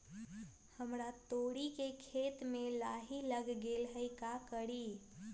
हमरा तोरी के पेड़ में लाही लग गेल है का करी?